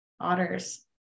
otters